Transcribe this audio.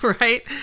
right